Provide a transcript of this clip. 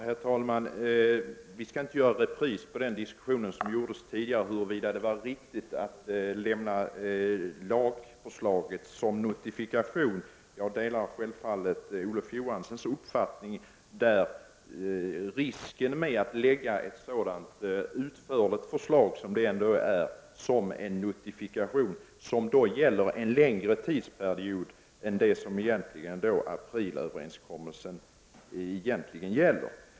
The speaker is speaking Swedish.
Herr talman! Vi skall inte ha repris på den diskussion som fördes tidigare om huruvida det var riktigt att lägga fram förslaget som notifikation. Jag delar självfallet Olof Johanssons uppfattning. Det är risker med att lägga fram ett så utförligt förslag som en notifikation som avser en längre tidsperiod än den som aprilöverenskommelsen egentligen gäller.